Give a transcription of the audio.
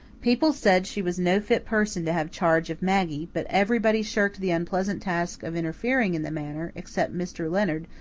people said she was no fit person to have charge of maggie, but everybody shirked the unpleasant task of interfering in the matter, except mr. leonard,